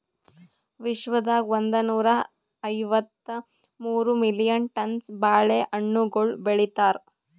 ವಿಶ್ವದಾಗ್ ಒಂದನೂರಾ ಐವತ್ತ ಮೂರು ಮಿಲಿಯನ್ ಟನ್ಸ್ ಬಾಳೆ ಹಣ್ಣುಗೊಳ್ ಬೆಳಿತಾರ್